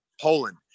Poland